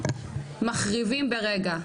מחריבים ברגע.